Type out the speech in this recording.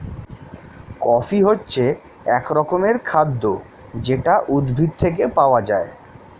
coffee হচ্ছে এক রকমের খাদ্য যেটা উদ্ভিদ থেকে পাওয়া যায়